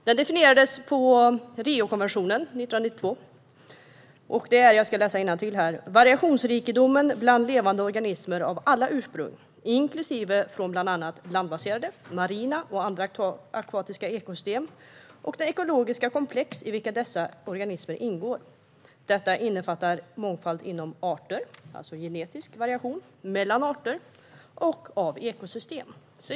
Det definierades i Riokonventionen 1992 på följande sätt: Biologisk mångfald är variationsrikedomen bland levande organismer av alla ursprung, inklusive från bland annat landbaserade, marina och andra akvatiska ekosystem och de ekologiska komplex i vilka dessa organismer ingår. Detta innefattar mångfald inom arter - alltså genetisk variation - mellan arter och av ekosystem.